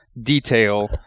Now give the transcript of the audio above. detail